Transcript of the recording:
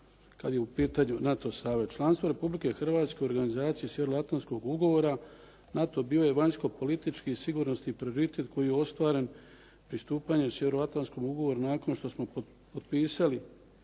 kad je u pitanju NATO savez. Članstvo Republike Hrvatske u organizaciji Sjeveroatlantskog ugovora NATO bio je vanjskopolitički sigurnosni prioritet koji je ostvaren pristupanjem Sjeveroatlantskom ugovoru nakon što smo potpisali